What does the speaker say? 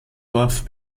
torf